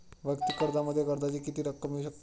वैयक्तिक कर्जामध्ये कर्जाची किती रक्कम मिळू शकते?